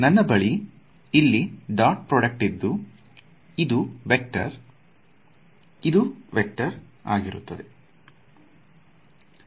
ನನ್ನ ಬಳಿ ಇಲ್ಲಿ ಡಾಟ್ ಪ್ರೊಡ್ಯೂಕ್ಟ್ ಇದ್ದು ಇದು ವೇಕ್ಟರ್ ಹಾಗೂ ಇದು ವೇಕ್ಟರ್ ಆಗಿರುತ್ತದೆ